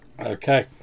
Okay